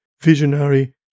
visionary